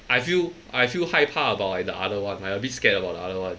I feel I feel 害怕 about like the other one I a bit scared about the other one